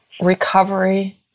recovery